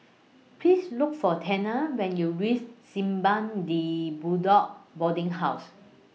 Please Look For Tanner when YOU REACH Simpang De Bedok Boarding House